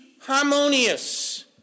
harmonious